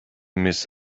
miss